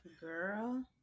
Girl